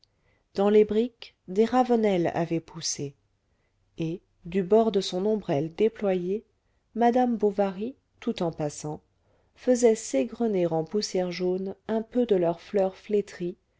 dans les briques des ravenelles avaient poussé et du bord de son ombrelle déployée madame bovary tout en passant faisait s'égrener en poussière jaune un peu de leurs fleurs flétries